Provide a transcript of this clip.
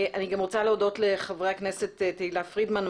אני גם רוצה להודות לחברי הכנסת תהלה פרידמן,